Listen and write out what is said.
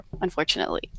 unfortunately